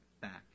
back